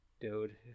dude